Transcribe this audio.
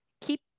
keep